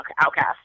outcast